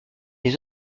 les